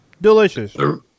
delicious